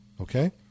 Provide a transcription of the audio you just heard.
Okay